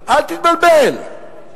אל תתבלבל,